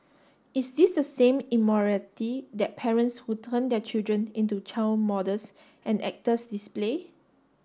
is this the same immorality that parents who turn their children into child models and actors display